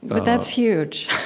but that's huge.